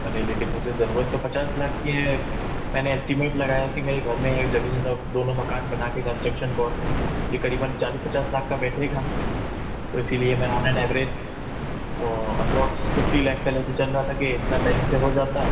अरे लेकिन मुझे ज़रूरत तो पचास लाख की है मैंने एस्टीमेट लगाया है कि मेरे घर में है जमीन और दोनों मकान बना के कंस्ट्रक्शन कौन ये करीबन चालीस पचास लाख का बैठेगा तो इसीलिए मैं on an average approx fifty lakh का लेके चल रहा था कि इतना बैंक से हो जाता